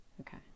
Okay